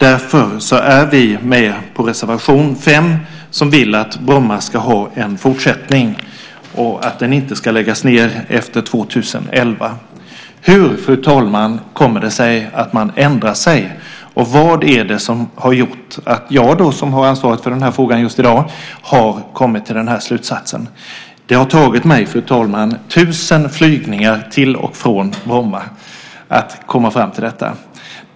Därför har vi ställt oss bakom reservation 5 där det anförs att Bromma flygplats ska finnas kvar och inte läggas ned efter 2011. Fru talman! Hur kommer det sig att man ändrar sig? Och vad är det som har gjort att jag, som har ansvaret för denna fråga just i dag, har kommit till denna slutsats? Det har tagit mig 1 000 flygningar till och från Bromma flygplats att komma fram till detta.